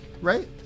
right